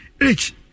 Rich